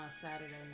Saturday